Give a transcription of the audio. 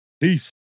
Peace